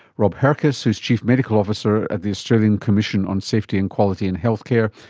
rob herkes who is chief medical officer at the australian commission on safety and quality in health care,